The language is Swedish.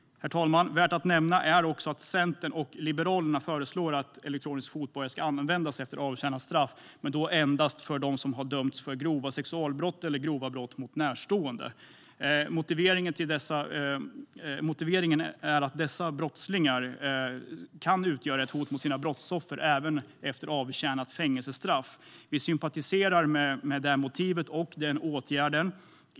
Herr talman! Värt att nämna är att Centern och Liberalerna föreslår att elektronisk fotboja ska användas efter avtjänat straff men endast för dem som dömts för grova sexualbrott eller grova brott mot närstående. Motiveringen är att dessa brottslingar kan utgöra ett hot mot sina brottsoffer även efter avtjänat fängelsestraff. Vi sympatiserar med motivet och åtgärden.